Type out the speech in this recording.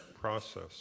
process